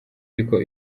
ariko